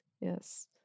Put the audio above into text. Yes